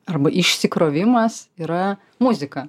arba išsikrovimas yra muzika